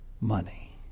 money